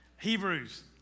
Hebrews